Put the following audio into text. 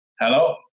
hello